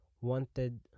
wanted